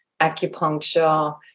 acupuncture